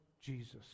Jesus